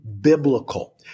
biblical